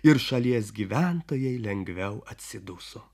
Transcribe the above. ir šalies gyventojai lengviau atsiduso